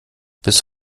bis